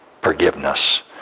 forgiveness